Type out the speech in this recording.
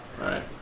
right